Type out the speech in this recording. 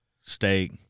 Steak